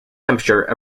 temperature